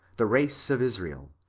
the race of israel,